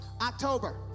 October